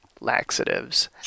laxatives